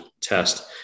test